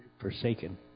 forsaken